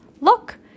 Look